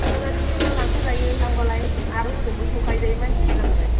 संनानैबो लांखाजायो लांबालाय आरो हजोंबो संखाहैजायो मानसि बुरजा बालाय